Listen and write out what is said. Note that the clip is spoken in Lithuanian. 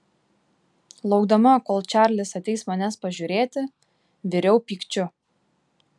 laukdama kol čarlis ateis manęs pažiūrėti viriau pykčiu